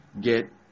get